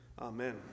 Amen